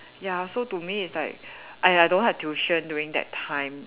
ya so to me it's like I don't have tuition during that time